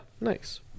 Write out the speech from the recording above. nice